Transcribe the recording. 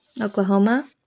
oklahoma